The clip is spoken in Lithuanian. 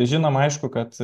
žinom aišku kad